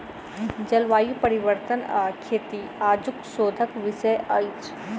जलवायु परिवर्तन आ खेती आजुक शोधक विषय अछि